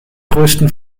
größten